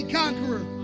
conqueror